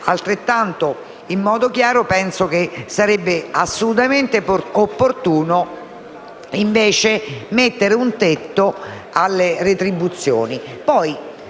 altrettanto chiaro penso che sarebbe assolutamente opportuno e doveroso mettere un tetto alle retribuzioni.